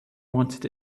wanted